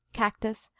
cactus,